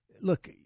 look